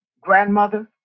grandmother